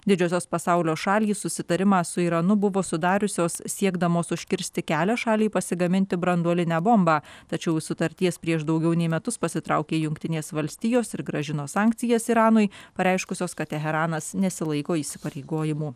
didžiosios pasaulio šalys susitarimą su iranu buvo sudariusios siekdamos užkirsti kelią šaliai pasigaminti branduolinę bombą tačiau iš sutarties prieš daugiau nei metus pasitraukė jungtinės valstijos ir grąžino sankcijas iranui pareiškusios kad teheranas nesilaiko įsipareigojimų